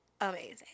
amazing